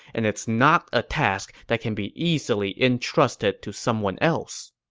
and it's not ah task that can be easily entrusted to someone else.